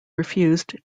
refused